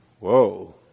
whoa